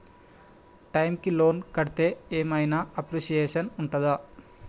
Time కి loan కడ్తే ఏం ఐనా అప్రిషియేషన్ ఉంటదా?